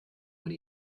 when